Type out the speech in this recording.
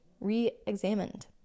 re-examined